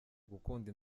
gukunda